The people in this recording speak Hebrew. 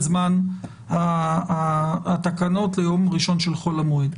זמן התקנות ליום ראשון של חול המועד.